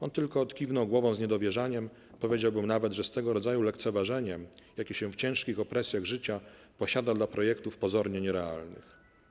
On tylko odkiwnął głową z niedowierzaniem, powiedziałbym nawet, że z tego rodzaju lekceważeniem, jakie się w ciężkich opresjach życia posiada dla projektów pozornie nierealnych.